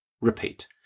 repeat